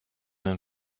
den